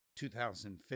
2015